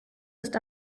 ist